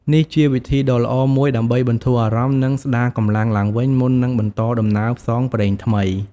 នេះជាវិធីដ៏ល្អមួយដើម្បីបន្ធូរអារម្មណ៍ និងស្ដារកម្លាំងឡើងវិញមុននឹងបន្តដំណើរផ្សងព្រេងថ្មី។